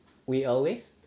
we always